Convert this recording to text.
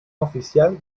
oficial